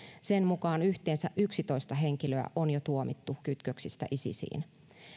sen mukaan yhteensä yksitoista henkilöä on jo tuomittu kytköksistä isisiin